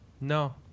No